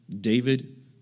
David